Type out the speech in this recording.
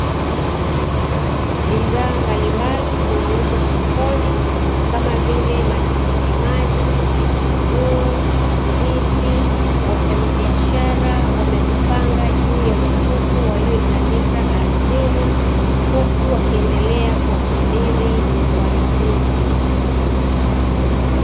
Bidhaa mbalimbali zinauzwa sokoni kama vile matikiti maji, vitunguu, ndizi wafanya biashara wamevipanga juu ya mifuko waliyoitandika ardhini, huku wakiendelea kuwasubiri wanunuzi.